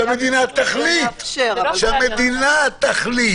שהמדינה תחליט.